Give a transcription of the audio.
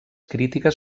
crítiques